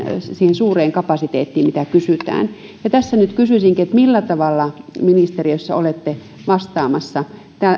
suureen kapasiteettiin mitä kysytään ja tässä nyt kysyisinkin millä tavalla ministeriössä olette vastaamassa